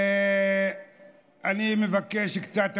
אני מבקש קצת הקשבה.